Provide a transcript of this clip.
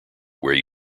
where